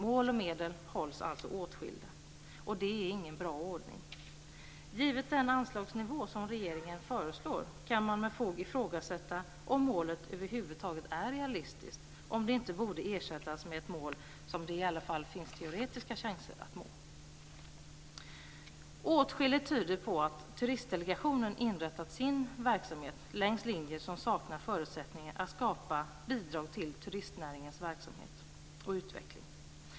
Mål och medel hålls alltså åtskilda, och det är ingen bra ordning. Givet den anslagsnivå som regeringen föreslår kan man med fog ifrågasätta om målet över huvud taget är realistiskt och om det inte borde ersättas med ett mål som det i alla fall finns teoretiska chanser att nå. Åtskilligt tyder på att Turistdelegationen inrättat sin verksamhet längs linjer som saknar förutsättningar att skapa bidrag till turistnäringens verksamhet och utveckling.